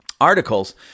articles